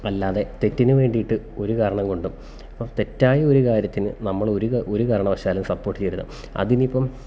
അല്ലാതെ തെറ്റിനു വേണ്ടിയിട്ട് ഒരു കാരണം കൊണ്ടും ഇപ്പം തെറ്റായൊരു കാര്യത്തിന് നമ്മളൊരു ഒരു കാരണവശാലും സപ്പോട്ട് ചെയ്യരുത് അതിനിപ്പം